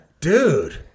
Dude